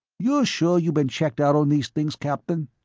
you sure you been checked out on these things, captain?